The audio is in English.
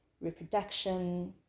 reproduction